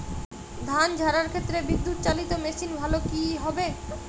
ধান ঝারার ক্ষেত্রে বিদুৎচালীত মেশিন ভালো কি হবে?